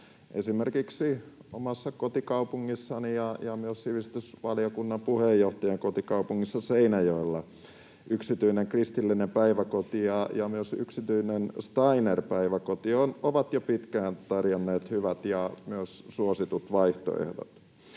Esimerkiksi omassa kotikaupungissani — ja myös sivistysvaliokunnan puheenjohtajan kotikaupungissa — Seinäjoella yksityinen kristillinen päiväkoti ja myös yksityinen Steiner-päiväkoti ovat jo pitkään tarjonneet hyvät ja myös suositut vaihtoehdot.